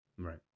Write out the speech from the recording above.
Right